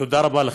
תודה רבה לכם.